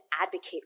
advocate